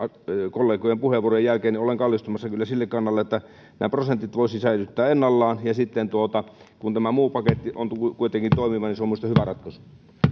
kollegojen puheenvuorojen jälkeen olen kyllä kallistumassa sille kannalle että prosentit voisi säilyttää ennallaan kun tämä muu paketti on kuitenkin toimiva niin se on minusta hyvä ratkaisu